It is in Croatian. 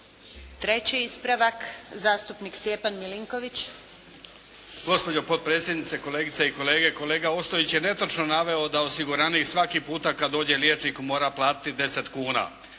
Treći ispravak zastupnik Stjepan Milinković. **Milinković, Stjepan (HDZ)** Gospođo potpredsjednice, kolegice i kolege! Kolega Ostojić je netočno naveo da osiguranik svaki puta kad dođe liječniku mora platiti deset kuna.